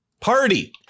party